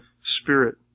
Spirit